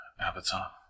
avatar